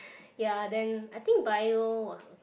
ya then I think bio was okay